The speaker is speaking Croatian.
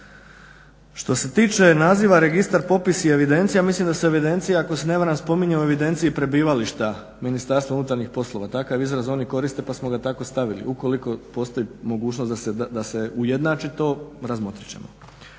Što se tiče naziva registar, popis i evidencija mislim da se evidencija ako se ne varam spominje u evidenciji prebivališta Ministarstva unutarnjih poslova. Takav izraz oni koriste pa smo ga tako stavili. Ukoliko postoji mogućnost da se ujednači to razmotrit ćemo.